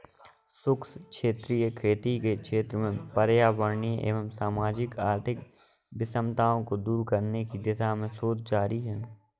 शुष्क क्षेत्रीय खेती के क्षेत्र में पर्यावरणीय एवं सामाजिक आर्थिक विषमताओं को दूर करने की दिशा में शोध जारी है